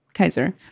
Kaiser